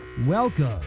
Welcome